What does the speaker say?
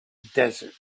desert